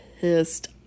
pissed